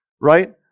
right